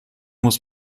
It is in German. muss